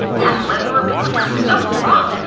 that weather report was so wrong!